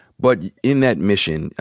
but in that mission,